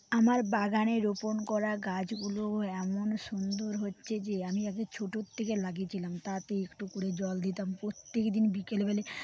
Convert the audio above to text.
আমার বাগানে রোপণ করা গাছগুলো এমন সুন্দর হচ্ছে যে আমি আগে ছোটোর থেকে লাগিয়েছিলাম তাতে একটু করে জল দিতাম প্রত্যেকদিন বিকালবেলায়